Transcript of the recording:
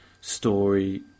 story